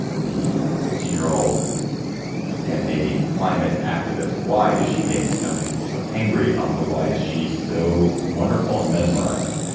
the sixteen year old scandinavian climate activist why does she make so many people so angry and also why is she so wonderful and mesmerizing.